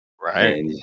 Right